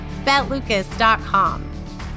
betlucas.com